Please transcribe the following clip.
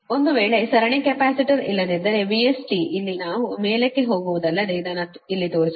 ಒಂದು ವೇಳೆ ಸರಣಿ ಕೆಪಾಸಿಟರ್ ಇಲ್ಲದಿದ್ದರೆ VS t ನಾವು ಇಲ್ಲಿ ಮೇಲಕ್ಕೆ ಹೋಗುವುದಲ್ಲದೆ ಇದನ್ನು ಇಲ್ಲಿ ತೋರಿಸುತ್ತಿಲ್ಲ